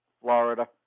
Florida